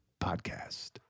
Podcast